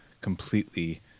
completely